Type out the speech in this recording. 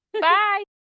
Bye